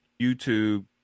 YouTube